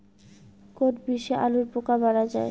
কোন বিষে আলুর পোকা মারা যায়?